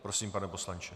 Prosím, pane poslanče.